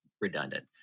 redundant